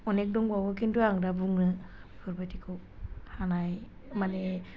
अनेख दंबावो खिन्थु आं दा बुंनो बेफोरबायदिखौ हानाय माने